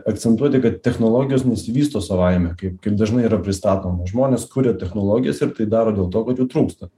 akcentuoti kad technologijos nesivysto savaime kaip kaip dažnai yra pristatoma žmonės kuria technologijas ir tai daro dėl to kad jų trūksta